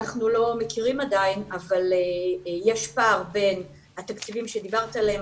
אנחנו לא מכירים עדיין אבל יש פער בין התקציבים שדיברת עליהם.